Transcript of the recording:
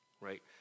Right